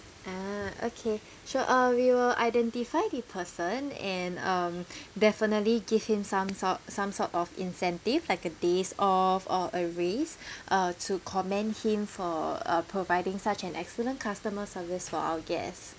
ah okay sure uh we will identify the person and um definitely give him some sort some sort of incentive like a days off or a raise uh to commend him for uh providing such an excellent customer service for our guest